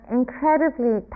incredibly